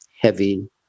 heavy